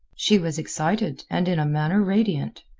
she was excited and in a manner radiant.